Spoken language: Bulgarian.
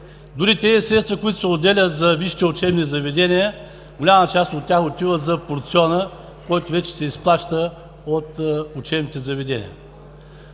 Дори средствата, които се отделят за висшите учебни заведения, голяма част от тях отиват за порциона, който вече се изплаща от учебните заведения.